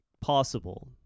possible